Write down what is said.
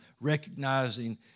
recognizing